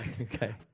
Okay